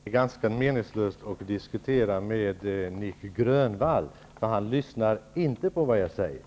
Fru talman! Det är ganska meningslöst att diskutera med Nic Grönvall. Han lyssnar inte på vad jag säger.